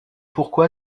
pourquoi